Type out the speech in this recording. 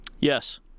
Yes